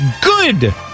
good